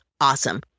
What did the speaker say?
awesome